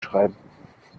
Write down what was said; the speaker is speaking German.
schreiben